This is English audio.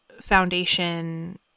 foundation